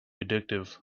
addictive